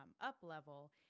up-level